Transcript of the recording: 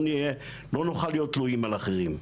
לא נוכל להיות תלויים על אחרים.